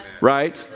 right